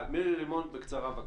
מירי רימון, בבקשה.